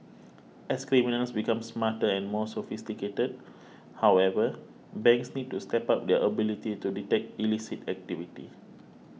as criminals become smarter and more sophisticated however banks need to step up their ability to detect illicit activity